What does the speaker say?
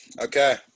Okay